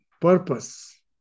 purpose